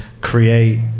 create